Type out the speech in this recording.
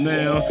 Now